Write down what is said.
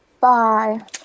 Bye